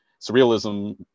surrealism